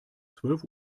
zwölf